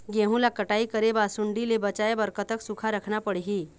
गेहूं ला कटाई करे बाद सुण्डी ले बचाए बर कतक सूखा रखना पड़ही?